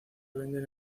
venden